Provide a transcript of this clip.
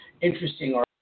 interesting